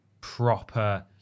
proper